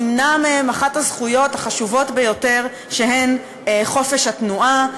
נמנעת מהם אחת הזכויות החשובות ביותר שהיא חופש התנועה.